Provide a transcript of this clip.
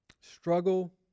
struggle